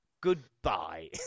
Goodbye